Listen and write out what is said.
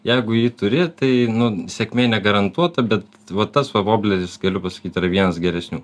jeigu jį turi tai nu sėkmė negarantuota bet va tas va vobleris galiu pasakyt yra vienas geresnių